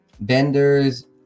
vendors